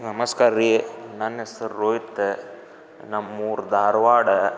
ನಮಸ್ಕಾರ ರೀ ನನ್ನ ಹೆಸ್ರು ರೋಹಿತ್ತ್ ನಮ್ಮೂರು ಧಾರವಾಡ